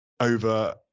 over